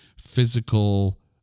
physical